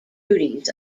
duties